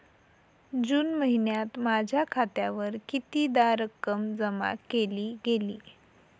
जून महिन्यात माझ्या खात्यावर कितीदा रक्कम जमा केली गेली?